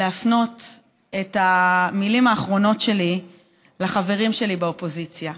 להפנות את המילים האחרונות שלי לחברים שלי באופוזיציה: